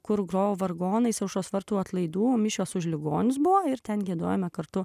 kur grojo vargonais aušros vartų atlaidų mišios už ligonius buvo ir ten giedojome kartu